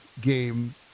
game